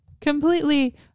completely